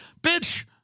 Bitch